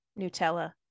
Nutella